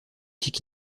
qu’il